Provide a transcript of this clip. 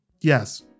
Yes